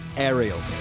ariel.